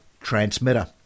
transmitter